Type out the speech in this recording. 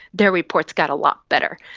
their reports got a lot better.